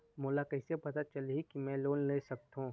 मोला कइसे पता चलही कि मैं ह लोन ले सकथों?